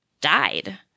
died